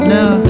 Now